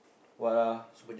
what ah